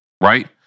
Right